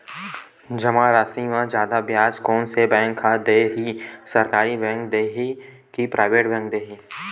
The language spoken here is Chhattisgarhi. जमा राशि म जादा ब्याज कोन से बैंक ह दे ही, सरकारी बैंक दे हि कि प्राइवेट बैंक देहि?